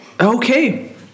Okay